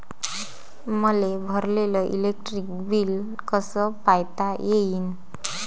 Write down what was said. मले भरलेल electric bill कस पायता येईन?